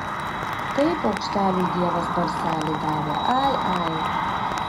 tai paukšteliui dievas balselį davė ai ai